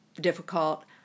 difficult